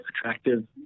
attractive